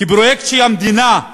כפרויקט של המדינה.